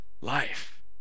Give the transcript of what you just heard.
life